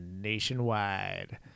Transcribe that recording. Nationwide